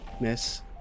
Miss